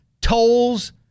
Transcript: tolls